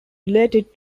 related